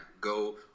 Go